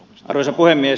arvoisa puhemies